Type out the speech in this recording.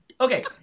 Okay